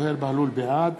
בעד